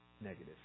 negative